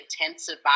intensive